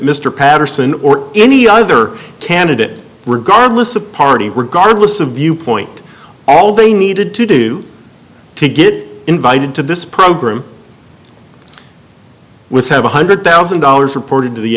mr patterson or any other candidate regardless of party regardless of viewpoint all they needed to do to get invited to this program was one hundred thousand dollars reported to the